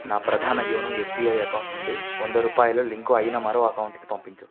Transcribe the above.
నా ప్రధాన YONO SBI account నుండి వంద రూపాయలు లింకు అయిన మరో అకౌంటుకి పంపించు